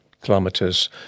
kilometers